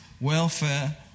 welfare